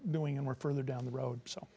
doing and we're further down the road so